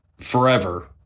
forever